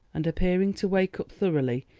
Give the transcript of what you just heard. and appearing to wake up thoroughly,